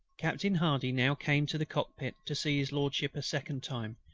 captain hardy now came to the cockpit to see his lordship a second time,